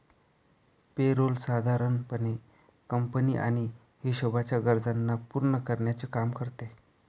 पे role साधारण पणे company आणि हिशोबाच्या गरजांना पूर्ण करण्याचे काम करते